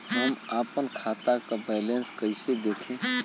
हम आपन खाता क बैलेंस कईसे देखी?